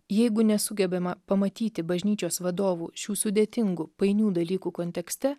jeigu nesugebama pamatyti bažnyčios vadovų šių sudėtingų painių dalykų kontekste